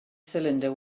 cylinder